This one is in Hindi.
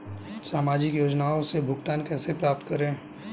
सामाजिक योजनाओं से भुगतान कैसे प्राप्त करें?